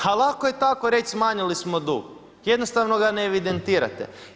Ha lako je tako reći smanjili smo dug, jednostavno ga ne evidentirate.